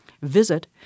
visit